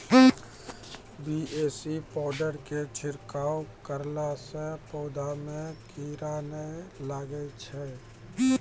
BAC powder के छिड़काव करला से पौधा मे कीड़ा नैय लागै छै?